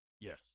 Yes